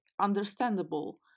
understandable